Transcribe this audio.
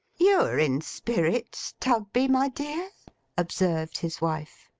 you're in spirits, tugby, my dear observed his wife.